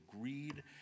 greed